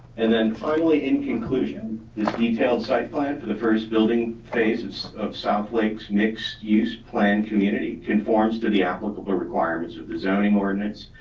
and then finally, in conclusion, this detailed site plan for the first building phases of south lake's mixed use plan community conforms to the applicable requirements of the zoning ordinance,